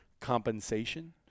compensation